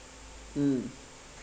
mm